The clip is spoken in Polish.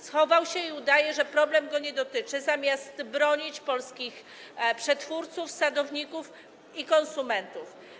Schował się i udaje, że problem go nie dotyczy, zamiast bronić polskich przetwórców, sadowników i konsumentów.